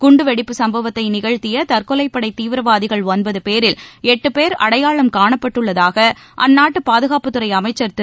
குண்டுவெடிப்புச் சம்பவத்தை நிகழ்த்திய தற்கொலைப்படை தீவிரவாதிகள் ஒன்பது பேரில் எட்டு பேர் அடையாளம் காணப்பட்டுள்ளதாக அந்நாட்டு பாதுகாப்புத் துறை அமைச்சர் திரு